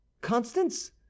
constance